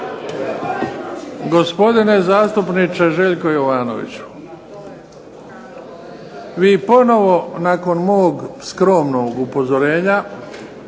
Hvala vam